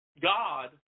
God